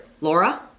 Laura